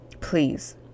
Please